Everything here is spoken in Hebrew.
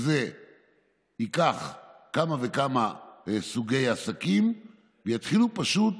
שייקח כמה וכמה סוגי עסקים ויתחיל פשוט